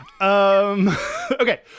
okay